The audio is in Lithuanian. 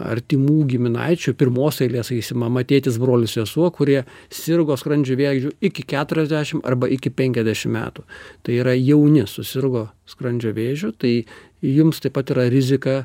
artimų giminaičių pirmos eilės sakysim mama tėtis brolis sesuo kurie sirgo skrandžio vėžiu iki keturiasdešim arba iki penkiasdešim metų tai yra jauni susirgo skrandžio vėžiu tai jums taip pat yra rizika